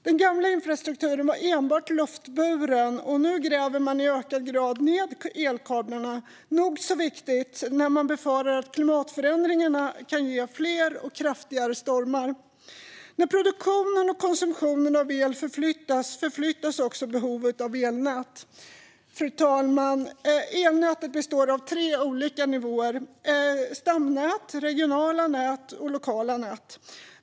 Den gamla infrastrukturen var enbart luftburen, och nu gräver man i ökad utsträckning ned elkablarna, vilket är nog så viktigt när man befarar att klimatförändringarna kan ge fler och kraftigare stormar. När produktionen och konsumtionen av el förflyttas förflyttas också behovet av elnät. Fru talman! Elnätet består av tre olika nivåer: stamnät, regionala nät och lokala nät.